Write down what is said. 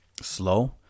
slow